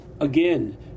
again